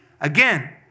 Again